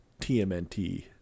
TMNT